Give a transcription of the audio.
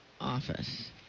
office